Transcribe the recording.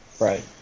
Right